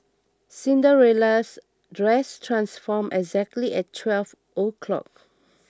Cinderella's dress transformed exactly at twelve o'clock